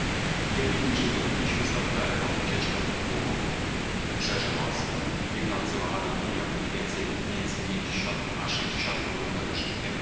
widnokręgu kiedyindziej odbyliśmy znowu daleką wycieczkę ku południu wybrzeże morskie biegnące łamaną linią mniej więcej między pięćdziesiątym a sześćdziesiątym